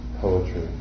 poetry